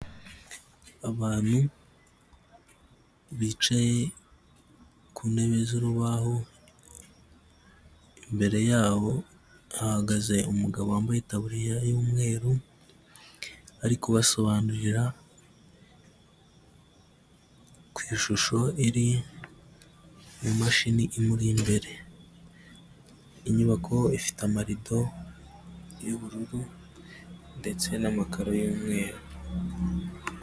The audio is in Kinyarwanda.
Abantu bicaye ku ntebe z'urubaho, imbere yabo hahagaze umugabo wambaye itaburiya y'umweru, ari kubasobanurira ku ishusho iri mu mashini imuri imbere, inyubako ifite amarido y'ubururu ndetse n'amakaro y'umweru.